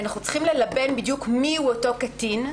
אנחנו צריכים ללבן בדיוק מי הוא אותו קטין,